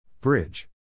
Bridge